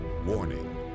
Warning